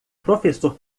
professor